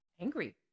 angry